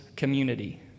Community